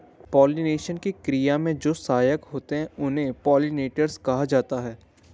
pollination की क्रिया में जो सहायक होते हैं उन्हें पोलिनेटर्स कहा जाता है